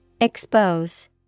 Expose